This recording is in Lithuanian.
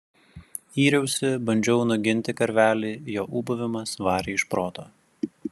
yriausi bandžiau nuginti karvelį jo ūbavimas varė iš proto